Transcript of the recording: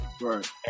Right